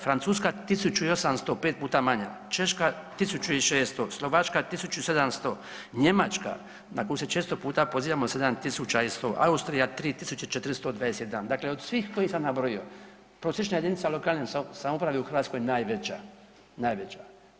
Francuska 1.805 puta manje, Češka 1.600, Slovačka 1.700, Njemačka na koju se često puta pozivamo 7.100, Austrija 3.421 dakle od svih koje sam nabrojio prosječna jedinica lokalne samouprave u Hrvatske je najveća, najveća.